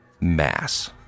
mass